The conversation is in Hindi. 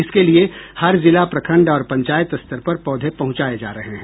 इसके लिए हर जिला प्रखंड और पंचायत स्तर पर पौधे पहुंचाये जा रहे हैं